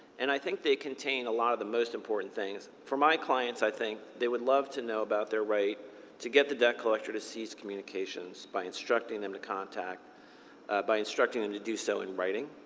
and i think they contain a lot of the most important things. for my clients, i think, they would love to know about their right to get the debt collector to cease communications by instructing them to by instructing them to do so in writing.